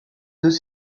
deux